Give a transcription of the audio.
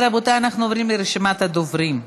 רבותיי, אנחנו עוברים לרשימת הדוברים.